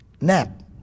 nap